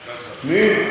קישקשתא, מי?